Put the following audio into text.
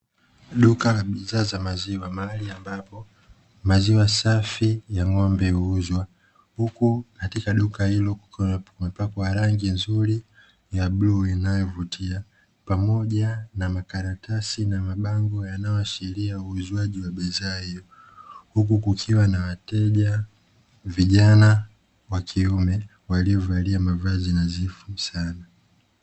Duka la bidhaa za maziwa mahali ambapo maziwa safi ya ng'ombe huuzwa, huku katika duka hilo kukiwa kumepakwa rangi nzuri ya bluu inayovutia, pamoja na karatasi na mabango yanayoashiria uuzwaji wa bidhaa hiyo. Huku kukiwa na wateja vijana wa kiume waliovaa mavazi nadhifu sana.